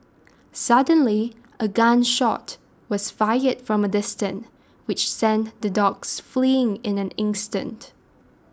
suddenly a gun shot was fired from a distance which sent the dogs fleeing in an instant